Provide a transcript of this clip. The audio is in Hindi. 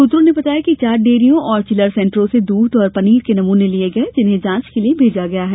सूत्रों ने बताया कि चार डेरियों और चिलर सेंटरों से दूध और पनीर के नमूने लिये गए जिन्हें जांच के लिए भेजा जाएगा